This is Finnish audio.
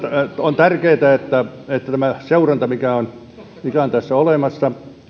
on tärkeätä tämä seuranta mikä on tässä olemassa niin että